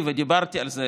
ודיברתי על זה,